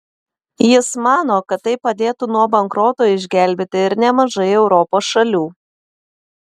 jis mano kad tai padėtų nuo bankroto išgelbėti ir nemažai europos šalių